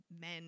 men